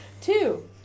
Two